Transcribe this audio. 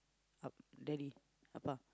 a~ daddy Appa